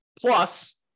Plus